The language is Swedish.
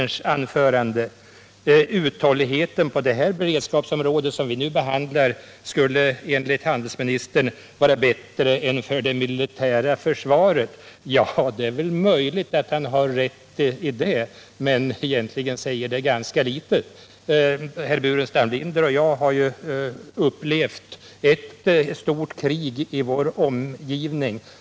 Han sade att uthålligheten på det försörjningsberedskapsområde som vi nu behandlar skulle vara bättre än för det militära försvaret. Det är möjligt att han har rätt i det, men egentligen säger det ganska litet. Herr Burenstam Linder och jag har ju upplevt ett stort krig i vår omgivning.